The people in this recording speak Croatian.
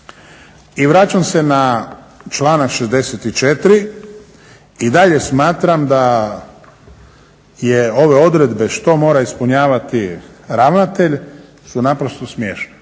I vraćam se na članak 64. i dalje smatram da je ove odredbe što mora ispunjavati ravnatelj su naprosto smiješne.